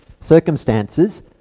circumstances